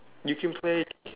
you can play